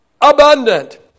abundant